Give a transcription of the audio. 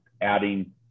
adding